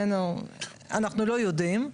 אנחנו לא יודעים.